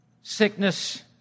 sickness